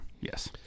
yes